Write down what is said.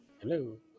Hello